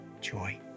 joy